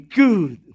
good